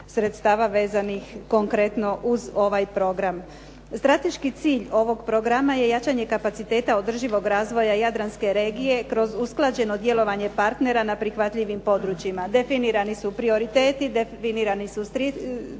sredstava vezanih konkretno uz ovaj program. Strateški cilj ovog programa je jačanje kapaciteta održivog razvoja jadranske regije kroz usklađeno djelovanje partnera na prihvatljivim područjima. Definirani su prioriteti, definirani su ciljevi,